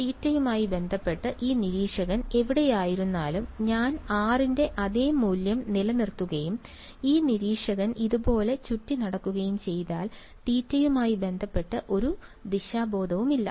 തീറ്റയുമായി ബന്ധപ്പെട്ട് ഈ നിരീക്ഷകൻ എവിടെയായിരുന്നാലും ഞാൻ r ന്റെ അതേ മൂല്യം നിലനിർത്തുകയും ഈ നിരീക്ഷകൻ ഇതുപോലെ ചുറ്റിനടക്കുകയും ചെയ്താൽ തീറ്റയുമായി ബന്ധപ്പെട്ട് ഒരു ദിശാബോധവുമില്ല